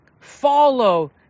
follow